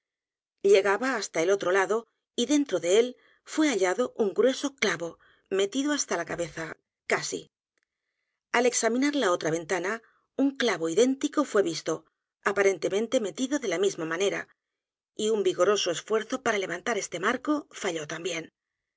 llegaba hasta el otro lado y dentro d e él fué hallado un grueso clavo metido hasta la cabeza casi al examinar la otra ventana u n clavo idéntico fué visto aparentemente metido de la misma manera y u n vigoroso esfuerzo para levantar este marco falló también